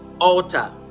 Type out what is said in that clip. altar